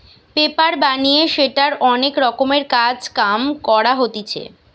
paper বানিয়ে সেটার অনেক রকমের কাজ কাম করা হতিছে